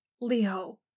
Leo